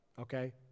Okay